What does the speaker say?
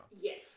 Yes